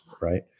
right